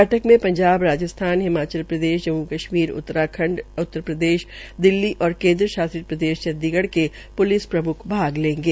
बैठक में पंजाब राजस्थान हिमाचल प्रदेश जम्म् और कश्मीर उत्तराखंड उत्तरप्रदेश दिल्ली और केंद्र शासित प्रदेश चंडीगढ़ के प्लिस प्रम्ख भाग लेंगे